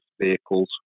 vehicles